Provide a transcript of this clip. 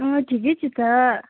अँ ठिकै छु त